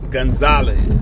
Gonzalez